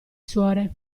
suore